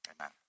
Amen